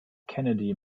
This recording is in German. kennedy